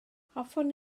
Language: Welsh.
hoffwn